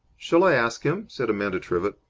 shall i ask him? said amanda trivett.